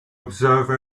observe